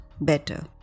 better